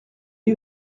you